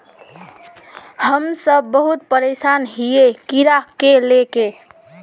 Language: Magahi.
हम सब बहुत परेशान हिये कीड़ा के ले के?